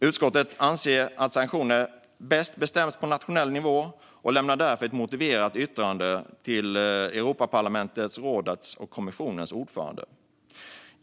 Utskottet anser att sanktioner bäst bestäms på nationell nivå och lämnar därför ett motiverat yttrande till Europaparlamentets, rådets och kommissionens ordförande.